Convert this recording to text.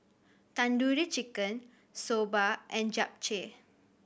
Tandoori Chicken Soba and Japchae